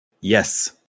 yes